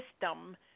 system